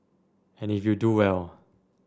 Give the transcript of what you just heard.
and if you do well